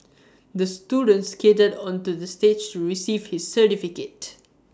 the student skated onto the stage receive his certificate